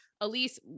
Elise